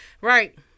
Right